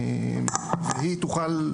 והיא תוכל,